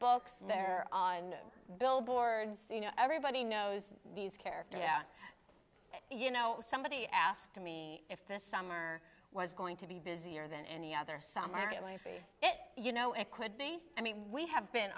books they're on billboards you know everybody knows these characters you know somebody asked me if this summer was going to be busier than any other samarra and maybe it you know it could be i mean we have been